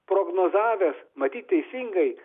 prognozavęs matyt teisingai